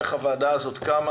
איך הוועדה הזאת קמה